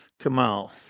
Kamal